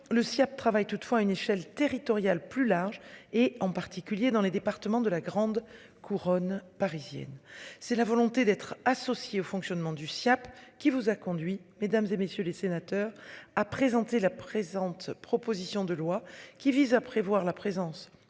le ciel travaille toutefois une échelle territoriale plus large et en particulier dans les départements de la grande couronne parisienne. C'est la volonté d'être associés au fonctionnement du Siaap qui vous a conduit mesdames et messieurs les sénateurs à présenter la présente, proposition de loi qui vise à prévoir la présence